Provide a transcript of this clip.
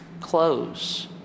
close